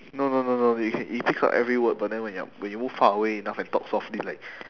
no no no no it ca~ it picks up every word but then when you are when you move far away enough and talk softly like